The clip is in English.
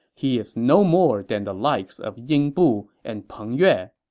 he is no more than the likes of ying bu and peng yue.